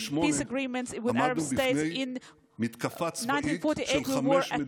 ב-1948 עמדנו בפני מתקפה צבאית של חמש מדינות ערביות,